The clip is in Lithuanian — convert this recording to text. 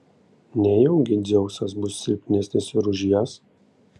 nejaugi dzeusas bus silpnesnis ir už jas